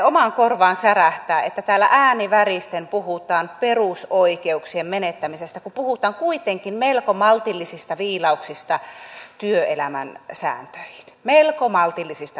omaan korvaani särähtää että täällä ääni väristen puhutaan perusoikeuksien menettämisestä kun puhutaan kuitenkin melko maltillisista viilauksista työelämän sääntöihin melko maltillisista viilauksista